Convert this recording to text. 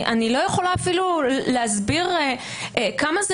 אני לא יכולה אפילו להסביר כמה זה